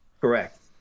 Correct